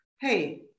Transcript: hey